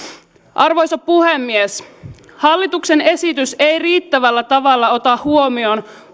arvoisa puhemies hallituksen esitys ei riittävällä tavalla ota huomioon